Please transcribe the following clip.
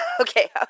Okay